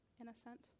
Innocent